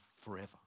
forever